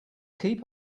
keep